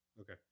Okay